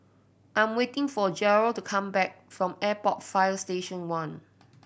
I'm waiting for Jairo to come back from Airport Fire Station One